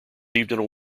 received